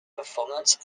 performance